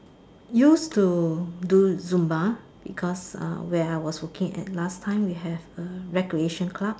used to do Zumba because uh where I was working at last time we have a recreation club